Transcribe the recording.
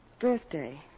birthday